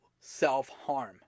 self-harm